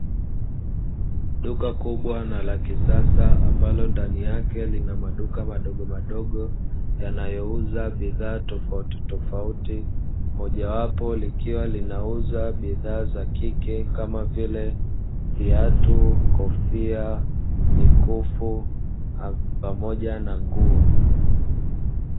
Duka kubwa na la kisasa, ambalo ndani yake lina maduka madogomadogo, yanayouza bidhaa tofautitofauti, mojawapo likiwa linauza bidhaa za kike kama vile; viatu, kofia, mikufu pamoja na nguo.